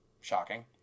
Shocking